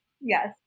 Yes